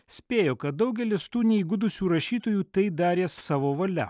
spėjo kad daugelis tų neįgudusių rašytojų tai darė savo valia